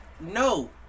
No